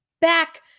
back